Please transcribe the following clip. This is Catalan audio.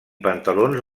pantalons